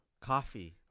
Coffee